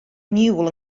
niwl